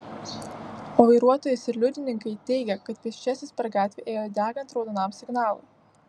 o vairuotojas ir liudininkai teigia kad pėsčiasis per gatvę ėjo degant raudonam signalui